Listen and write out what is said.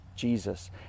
Jesus